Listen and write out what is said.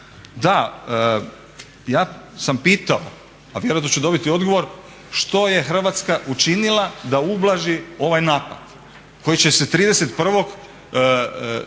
Da, ja sam pitao, a vjerojatno ću dobiti odgovor, što je Hrvatska učinila da ublaži ovaj napad koji će se 31.3.dogoditi